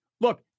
Look